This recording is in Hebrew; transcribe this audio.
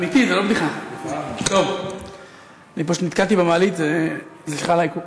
אני פשוט נתקעתי במעלית, סליחה על העיכוב.